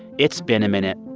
it's been a minute.